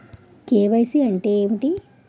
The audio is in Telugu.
కే.వై.సీ అంటే ఏంటి?